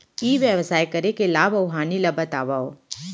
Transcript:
ई व्यवसाय करे के लाभ अऊ हानि ला बतावव?